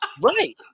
Right